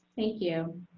thank you.